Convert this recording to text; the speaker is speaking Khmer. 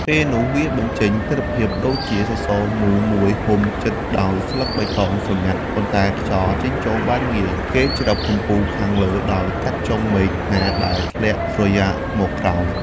ពេលនោះវាបញ្ចេញ ទិដ្ឋភាពដូចជាសរសរមូលមួយហ៊ុំជិតដោយស្លឹកបៃតងស្រងាត់ ប៉ុន្តែខ្យល់ចេញចូលបានងាយ គេច្រឹបកំពូលខាងលើដោយកាត់ចុងមែកណាដែលធ្លាក់ស្រយាកមកក្រោម។